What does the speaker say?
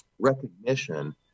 recognition